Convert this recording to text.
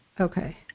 Okay